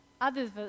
Others